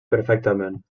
perfectament